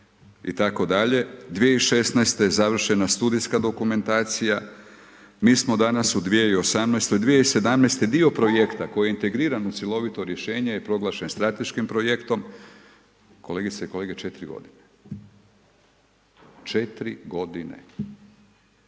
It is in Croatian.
itd. 2016. završena studijska dokumentacija, mi smo danas u 2018-oj, 2017-te dio projekta koji je integriran u cjelovito rješenje je proglašen strateškim projektom, kolegice i kolege 4 godine. Mi vrlo dobro znamo koliko